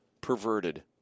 perverted